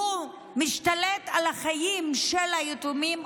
משתלט על החיים של היתומים,